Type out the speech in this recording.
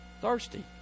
Thirsty